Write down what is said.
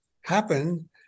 happen